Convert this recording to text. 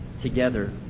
together